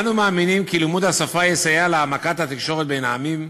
אנו מאמינים כי לימוד השפה יסייע להעמקת התקשורת בין העמים,